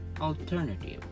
alternative